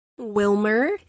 Wilmer